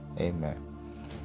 Amen